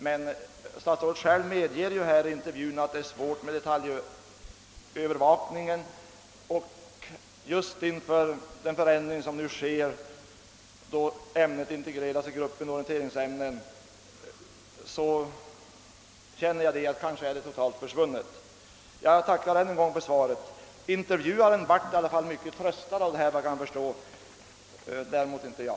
Men statsrådet medger själv i intervjun att det är svårt att övervaka undervisningen i detalj. Just inför den förändring som nu genomföres, då ämnet integreras i gruppen orienteringsämnen, är jag rädd för att det på sina håll helt kommer att försvinna. Jag tackar än en gång för svaret. Intervjuaren blev efter vad jag kan för stå mycket tröstad av de svar han fick — det är däremot inte jag.